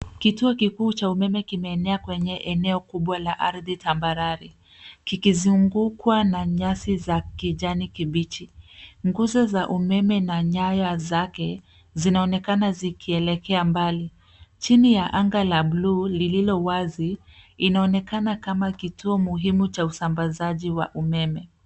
Kituo kikuu cha umeme kimeenea kwenye eneo kubwa la ardhi tambarare kikizungukwa na nyasi za kijani kibichi. Nguzo za umeme na nyaya zake zinaonekana zikielekea mbali chini ya anga la bluu lilowazi. Inaonekana kama kituo muhimu cha usambazaji wa umeme.